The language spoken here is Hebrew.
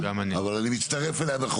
אבל אני מצטרף אליה.